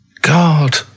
God